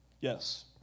Yes